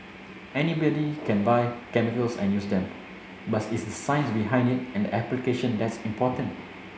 anybody can buy chemicals and use them but it's the science behind it and the application that's important